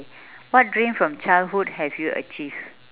what dream from childhood have you achieved